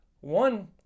One